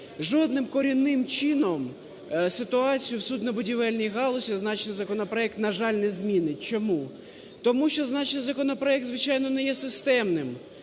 жодним корінним чином ситуацію в суднобудівельній галузі зазначений законопроект, на жаль, не змінить. Чому? Тому що зазначений законопроект, звичайно, не є системним.